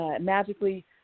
magically